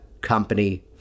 company